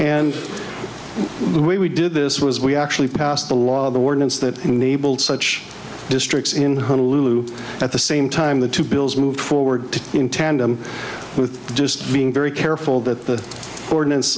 way we did this was we actually passed the law the ordinance that enabled such districts in honolulu at the same time the two bills moved forward in tandem with just being very careful that the ordinance